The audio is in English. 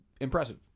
impressive